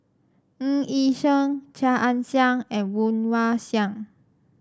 Ng Yi Sheng Chia Ann Siang and Woon Wah Siang